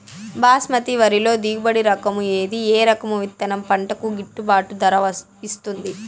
బాస్మతి వరిలో దిగుబడి రకము ఏది ఏ రకము విత్తనం పంటకు గిట్టుబాటు ధర ఇస్తుంది